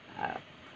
uh